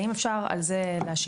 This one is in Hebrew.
האם אפשר על זה להשיב?